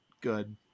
good